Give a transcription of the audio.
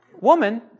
Woman